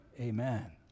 Amen